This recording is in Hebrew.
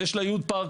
אז יש לה יעוד פארק.